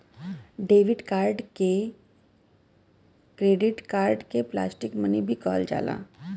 debit card credit card के plastic money भी कहल जाला